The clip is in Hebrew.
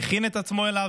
הכין את עצמו אליו,